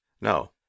No